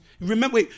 Remember